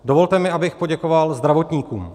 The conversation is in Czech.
Dovolte mi, abych poděkoval zdravotníkům.